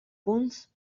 punts